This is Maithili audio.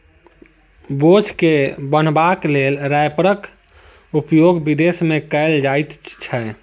बोझ के बन्हबाक लेल रैपरक उपयोग विदेश मे कयल जाइत छै